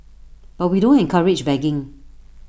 but we don't encourage begging